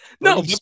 No